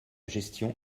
gestion